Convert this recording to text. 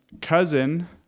cousin